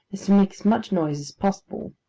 is to make as much noise as possible.